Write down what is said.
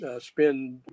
spend